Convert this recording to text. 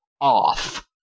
off